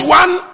one